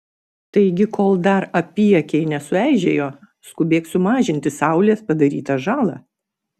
taigi kol dar apyakiai nesueižėjo skubėk sumažinti saulės padarytą žalą